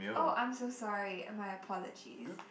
oh I'm so sorry my apologies